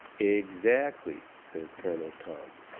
exactly, says colonel tom.